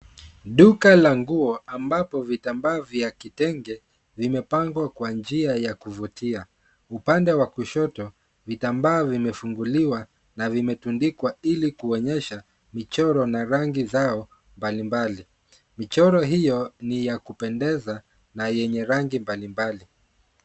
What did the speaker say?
Duka la nguo ambazo vitambaa vitambaa vya vitenge vimepangwa kwa njia ya kuvutia, upande wa kushoto vitambaa vimefunguliwa na kutundikwa ili kuonyesha michoro na rangi zao mbali mbali, imechoro hiyo ni ya kupendeza na yenye rangi mbali mbali.